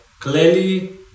clearly